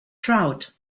trout